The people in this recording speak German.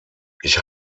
ich